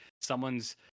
someone's